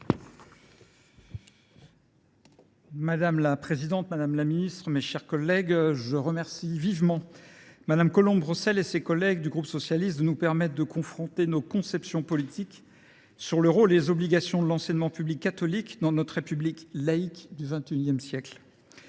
Madame la présidente, madame la ministre, mes chers collègues, je remercie vivement Mme Colombe Brossel et ses collègues du groupe socialiste de nous permettre de confronter nos conceptions politiques sur le rôle et les obligations de l’enseignement catholique dans notre République laïque du XXI siècle.